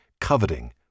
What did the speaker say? coveting